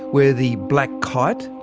where the black kite,